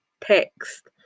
text